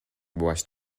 byłaś